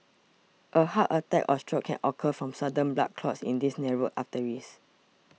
a heart attack or stroke can occur from sudden blood clots in these narrowed arteries